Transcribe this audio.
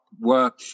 work